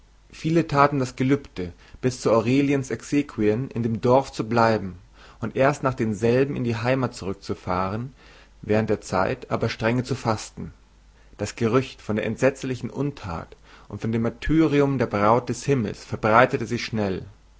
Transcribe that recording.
viele taten das gelübde bis zu aureliens exequien in dem dorf zu bleiben und erst nach denselben in die heimat zurückzufahren während der zeit aber strenge zu fasten das gerücht von der entsetzlichen untat und von dem martyrium der braut des himmels verbreitete sich schnell